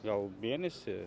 gal mėnesį